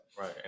Right